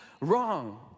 wrong